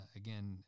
again